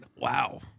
Wow